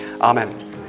amen